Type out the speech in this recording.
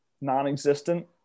non-existent